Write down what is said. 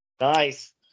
Nice